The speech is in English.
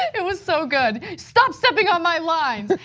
it was so good. stop stepping on my lines.